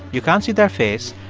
you can't see their face.